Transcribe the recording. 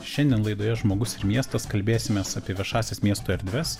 šiandien laidoje žmogus ir miestas kalbėsimės apie viešąsias miesto erdves